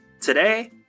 Today